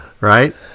Right